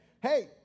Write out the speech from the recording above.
hey